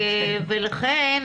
לכן